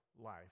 life